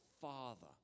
Father